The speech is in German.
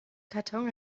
karton